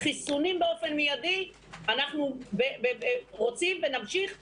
חיסונים באופן מיידי אנחנו רוצים ונמשיך לעבוד.